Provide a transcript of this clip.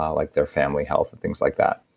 like their family health and things like that.